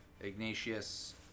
Ignatius